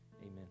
Amen